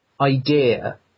idea